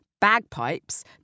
bagpipes